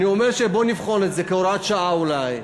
אני אומר: בוא נבחן את זה כהוראת שעה אולי,